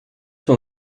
für